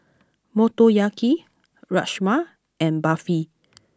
Motoyaki Rajma and Barfi